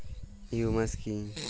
Humus কি?